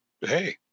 hey